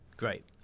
great